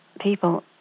people